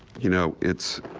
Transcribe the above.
you know, it's.